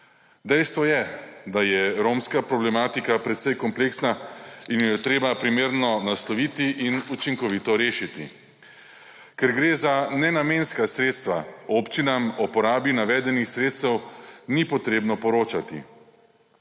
Dejstvo je, da je romska problematika precej kompleksna in jo je treba primerno nasloviti in učinkovito rešiti. Ker gre za nenamenska sredstva občinam o porabi navedenih sredstev ni potrebno poročati.